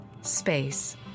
space